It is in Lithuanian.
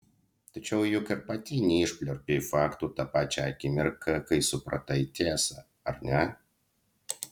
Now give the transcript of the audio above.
tačiau juk ir pati neišpliurpei faktų tą pačią akimirką kai supratai tiesą ar ne